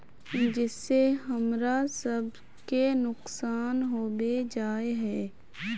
जिस से हमरा सब के नुकसान होबे जाय है?